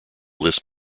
list